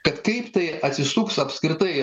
kad kaip tai atsisuks apskritai